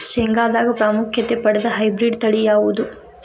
ಶೇಂಗಾದಾಗ ಪ್ರಾಮುಖ್ಯತೆ ಪಡೆದ ಹೈಬ್ರಿಡ್ ತಳಿ ಯಾವುದು?